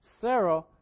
Sarah